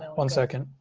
one second.